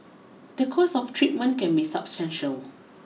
the cost of treatment can be substantial